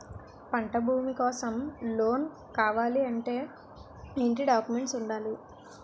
పంట భూమి కోసం లోన్ కావాలి అంటే ఏంటి డాక్యుమెంట్స్ ఉండాలి?